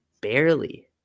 barely